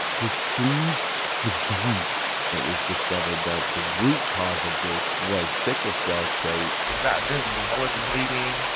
his spleen was dying it was discovered that the root cause of this was sickle cell trait it's not visible. i wasn't bleeding.